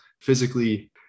physically